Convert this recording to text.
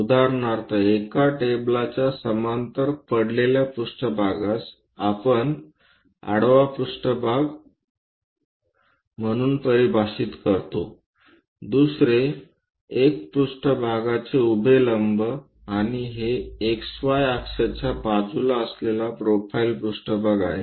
उदाहरणार्थ एका टेबलाच्या समांतर पडलेल्या पृष्ठभागस आपण आडवा पृष्ठभाग म्हणून परिभाषित करतो दुसरे एक पृष्ठभागाचे उभे लंब आणि हे XY अक्षच्या बाजूला असलेले प्रोफाइल पृष्ठभाग आहे